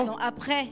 après